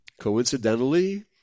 coincidentally